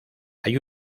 hay